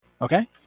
Okay